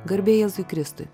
garbė jėzui kristui